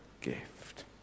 gift